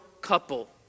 couple